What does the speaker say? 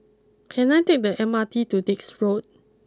can I take the M R T to Dix Road